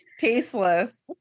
tasteless